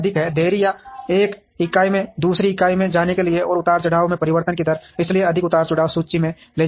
देरी या एक इकाई से दूसरी इकाई में जाने के लिए और उतार चढ़ाव के परिवर्तन की दर इसलिए अधिक उतार चढ़ाव सूची में ले जाते हैं